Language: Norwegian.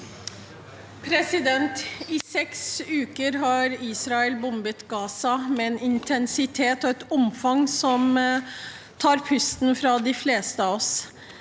I seks uker har Is- rael bombet Gaza med en intensitet og et omfang som tar pusten fra de fleste av oss.